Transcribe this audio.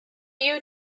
you